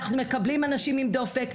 אנחנו מקבלים אנשים עם דופק,